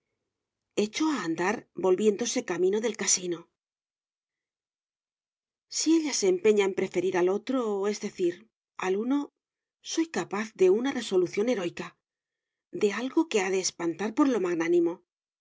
echó a andar volviéndose camino del casino si ella se empeña en preferir al otro es decir al uno soy capaz de una resolución heroica de algo que ha de espantar por lo magnánimo